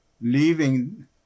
leaving